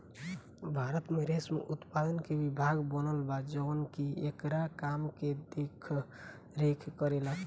भारत में रेशम उत्पादन के विभाग बनल बा जवन की एकरा काम के देख रेख करेला